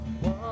one